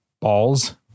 balls